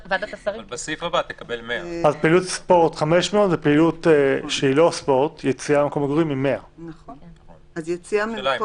אז פעילות ספורט זה 500 ויציאה ממקום מגורים זה 100. נכון.